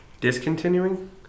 Discontinuing